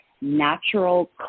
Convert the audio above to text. natural